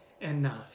enough